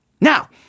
Now